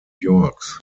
yorks